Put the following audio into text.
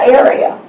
area